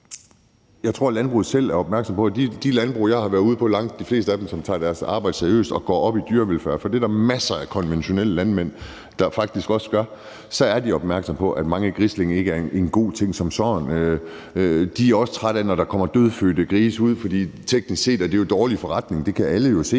Jeg tror, landbruget selv er opmærksom på det. Langt de fleste af de landbrug, jeg har været ude på, og som tager deres arbejde seriøst og går op i dyrevelfærd – for det er der masser af konventionelle landmænd der også gør – er opmærksomme på, at mange grislinger ikke er en god ting som sådan. De er også trætte af det, når der kommer dødfødte grise ud, for teknisk set er det jo en dårlig forretning, og det kan alle jo se.